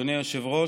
אדוני היושב-ראש,